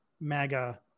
MAGA